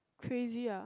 crazy ah